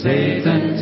Satan